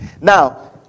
Now